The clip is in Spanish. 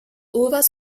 uvas